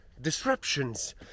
disruptions